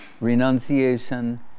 renunciation